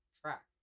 track